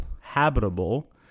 habitable